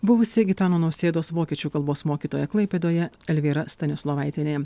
buvusi gitano nausėdos vokiečių kalbos mokytoja klaipėdoje elvyra stanislovaitienė